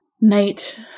night